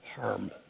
harm